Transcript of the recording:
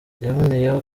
yaboneyeho